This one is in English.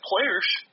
players